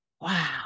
Wow